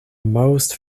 most